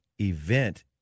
event